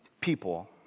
people